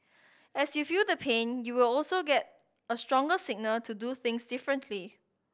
as you feel the pain you will also get a stronger signal to do things differently